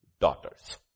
daughters